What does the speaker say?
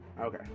okay